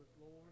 Lord